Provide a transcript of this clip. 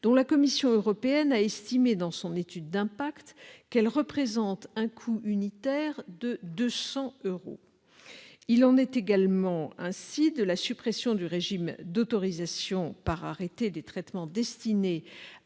dont la Commission européenne a estimé, dans son étude d'impact, qu'elle représente un coût unitaire de 200 euros : ce n'est pas négligeable. Je songe également à la suppression du régime d'autorisation par arrêté des traitements destinés